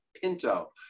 Pinto